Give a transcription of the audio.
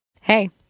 Hey